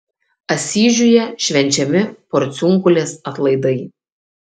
asyžiuje švenčiami porciunkulės atlaidai